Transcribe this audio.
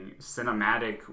cinematic